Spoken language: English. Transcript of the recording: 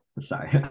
sorry